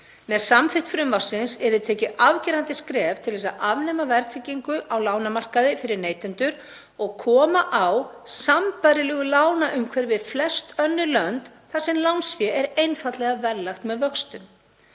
Með samþykkt frumvarpsins yrði tekið afgerandi skref til að afnema verðtryggingu á lánamarkaði fyrir neytendur og koma á sambærilegu lánaumhverfi við flest önnur lönd þar sem lánsfé er einfaldlega verðlagt með vöxtum.